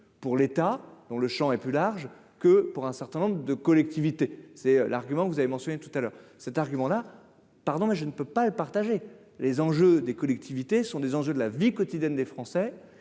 pour l'État dans le Champ est plus large que pour un certain nombre de collectivités, c'est l'argument que vous avez mentionné tout à l'heure, cet argument-là, pardon, mais je ne peux pas partager les enjeux des collectivités sont des enjeux de la vie quotidienne des Français